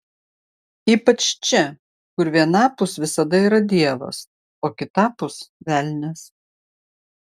ypač čia kur vienapus visada yra dievas o kitapus velnias